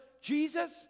Jesus